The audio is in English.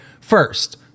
first